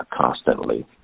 constantly